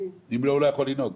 אחרת הוא לא יכול לנהוג.